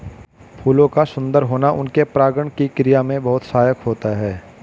फूलों का सुंदर होना उनके परागण की क्रिया में बहुत सहायक होता है